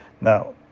Now